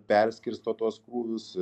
perskirsto tuos krūvius